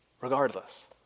regardless